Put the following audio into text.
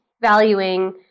valuing